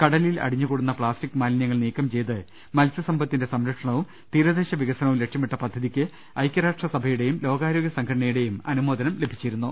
കടലിൽ അടിഞ്ഞു കൂടുന്ന പ്ലാസ്റ്റിക് മാലിന്യങ്ങൾ നീക്കം ചെയ്ത് മത്സ്യ സമ്പത്തിന്റെ സംരക്ഷണവും തീരദേശ വികസനവും ലക്ഷ്യ മിട്ട പദ്ധതിക്ക് ഐകൃരാഷ്ട്രസഭയുടേയും ലോകാരോഗൃ സംഘട നയുടേയും അനുമോദനവും ലഭിച്ചിരുന്നു